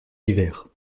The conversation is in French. divers